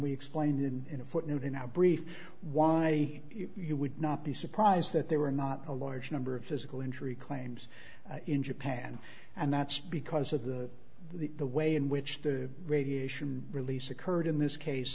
we explained in a footnote in our brief why you would not be surprised that there were not a large number of physical injury claims in japan and that's because of the the the way in which the radiation release occurred in this case